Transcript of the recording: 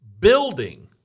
building